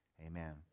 amen